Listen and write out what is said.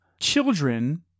children